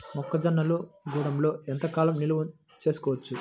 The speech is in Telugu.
మొక్క జొన్నలు గూడంలో ఎంత కాలం నిల్వ చేసుకోవచ్చు?